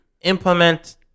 implement